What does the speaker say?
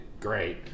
great